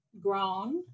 grown